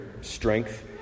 strength